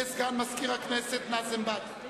לסגן מזכיר הכנסת נאזם בדר,